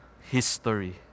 history